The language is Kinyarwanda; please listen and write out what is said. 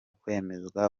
kwemezwa